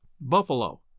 buffalo